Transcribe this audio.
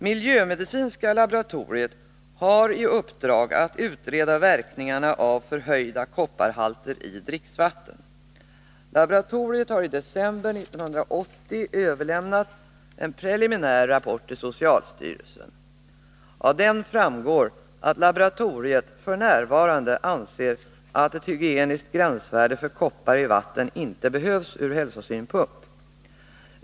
Miljömedicinska laboratoriet har i uppdrag att utreda verkningarna av förhöjda kopparhalter i dricksvatten. Laboratoriet har i december 1980 överlämnat en preliminär rapport till socialstyrelsen. Av rapporten framgår att laboratoriet f. n. anser att ett hygieniskt gränsvärde för koppar i vatten inte behövs ur hälsosynpunkt.